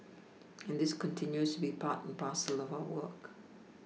and this continues to be part and parcel of our work